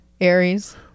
Aries